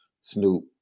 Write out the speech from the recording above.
Snoop